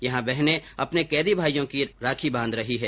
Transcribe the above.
यहां बहने अपने कैदी भाइयों के राखी बांध रही है